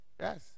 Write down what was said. Yes